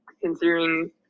considering –